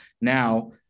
Now